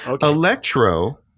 Electro